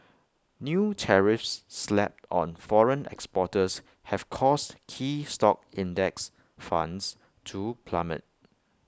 new tariffs slapped on foreign exporters have caused key stock index funds to plummet